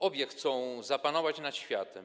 Obie chcą zapanować nad światem.